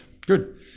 good